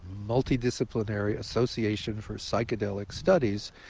multidisciplinary association for psychedelic studies,